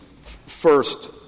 First